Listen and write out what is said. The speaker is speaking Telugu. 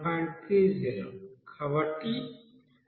కాబట్టి 5x0